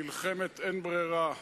מלחמת אין ברירה.